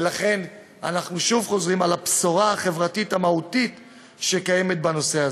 ולכן אנחנו שוב חוזרים על הבשורה החברתית המהותית שקיימת בנושא הזה.